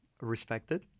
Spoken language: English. Respected